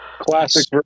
Classic